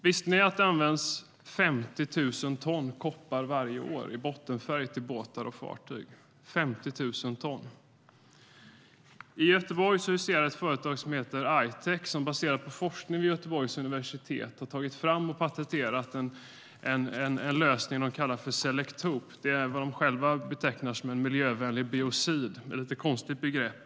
Visste ni att det används 50 000 ton koppar varje år till bottenfärg till båtar och fartyg? I Göteborg huserar ett företag som heter I-Tech. Baserat på forskning vid Göteborgs universitet har de tagit fram och patenterat en lösning som de kallar för Selektope, något som de själva betecknar som en miljövänlig biocid. Det är ett lite konstigt begrepp.